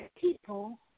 people